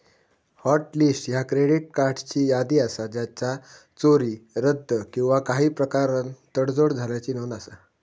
hot list ह्या credit कार्ड्सची यादी असा ज्याचा चोरी, रद्द किंवा काही प्रकारान तडजोड झाल्याची नोंद असा